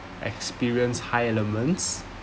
experience high elements